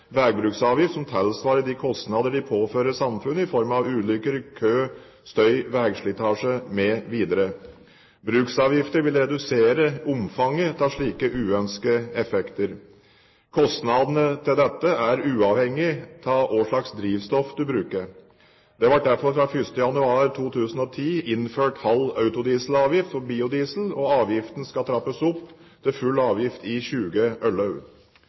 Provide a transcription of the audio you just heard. som tilsvarer de kostnadene de påfører samfunnet i form av ulykker, kø, støy, veislitasje mv. Bruksavgifter vil redusere omfanget av slike uønskede effekter. Kostnadene knyttet til dette er uavhengig av hva slags drivstoff man bruker. Det ble derfor fra 1. januar 2010 innført halv autodieselavgift for biodiesel, og avgiften skal trappes opp til full avgift i